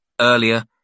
Earlier